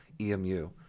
emu